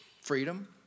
freedom